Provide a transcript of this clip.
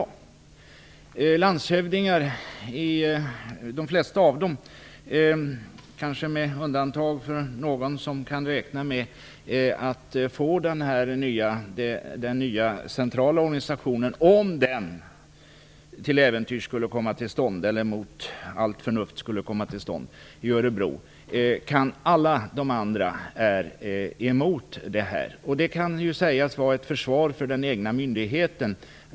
De flesta landshövdingar - kanske med undantag av någon som kan räkna med att få den nya centrala organisationen, om denna till äventyrs, eller mot allt förnuft, skulle komma till stånd i Örebro - är emot det här. Det kan sägas vara fråga om ett försvar av den egna myndigheten.